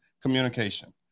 communication